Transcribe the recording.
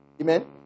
Amen